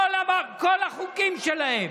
כל החוקים שלהם,